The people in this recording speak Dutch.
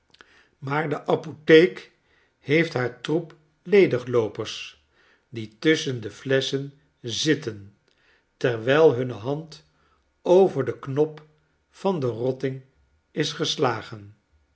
maar de apotheek heeft haar troep ledigloopers die tusschen de flesschen zitten terwijl hunne hand over den knop van den rotting is geslagen